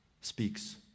speaks